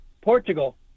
Portugal